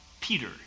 Peter